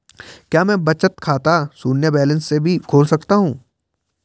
क्या मैं बचत खाता शून्य बैलेंस से भी खोल सकता हूँ?